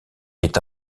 est